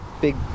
big